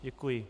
Děkuji.